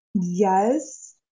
Yes